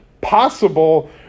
possible